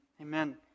amen